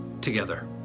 together